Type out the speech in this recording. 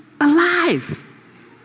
alive